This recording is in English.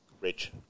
Rich